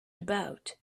about